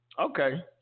okay